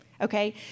Okay